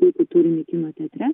kaip į turinį kino teatre